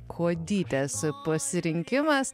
kuodytės pasirinkimas